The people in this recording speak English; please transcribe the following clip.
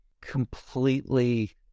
completely